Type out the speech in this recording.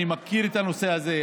אני מכיר את הנושא הזה.